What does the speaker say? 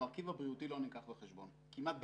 המרכיב הבריאותי לא נלקח בחשבון כמעט בכלל.